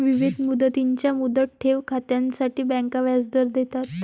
विविध मुदतींच्या मुदत ठेव खात्यांसाठी बँका व्याजदर देतात